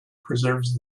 preserves